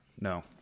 no